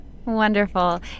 wonderful